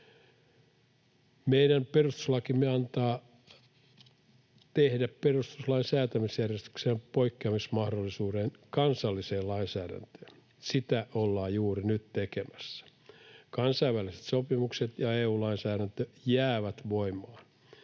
Meidän perustuslakimme antaa tehdä perustuslain säätämisjärjestyksessä poikkeamismahdollisuuden kansalliseen lainsäädäntöön. Sitä ollaan juuri nyt tekemässä. Kansainväliset sopimukset ja EU-lainsäädäntö jäävät voimaan,